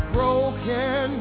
Broken